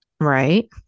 Right